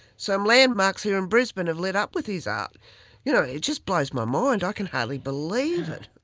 some landmarks here in brisbane have lit up with his art. you know it just blows my mind, i can hardly believe it.